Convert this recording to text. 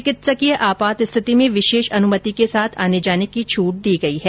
चिकित्सकीय आपात स्थिति में विशेष अनुमति के साथ आने जाने की छूट दी गई है